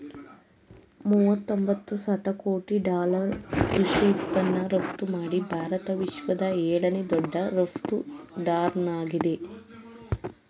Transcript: ಮೂವತೊಂಬತ್ತು ಶತಕೋಟಿ ಡಾಲರ್ ಕೃಷಿ ಉತ್ಪನ್ನ ರಫ್ತುಮಾಡಿ ಭಾರತ ವಿಶ್ವದ ಏಳನೇ ದೊಡ್ಡ ರಫ್ತುದಾರ್ನಾಗಿದೆ